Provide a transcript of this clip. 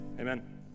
Amen